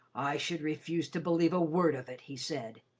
i should refuse to believe a word of it, he said,